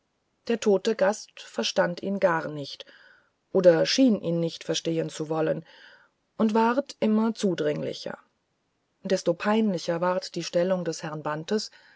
der tote gast aber verstand ihn gar nicht oder schien ihn nicht verstehen zu wollen und ward immer zudringlicher desto peinlicher ward die stellung des herrn bantes